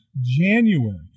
January